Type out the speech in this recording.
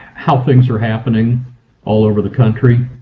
how things are happening all over the country.